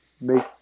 make